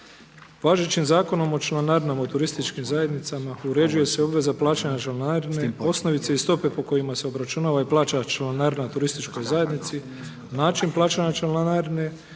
Važećim zakonom o članarinama u turističkim zajednicama uređuje se obveza plaćanja članarine, osnovice i stope po kojima se obračunava i plaća članarina turističkoj zajednici, način plaćanja članarine,